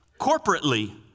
corporately